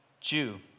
Jew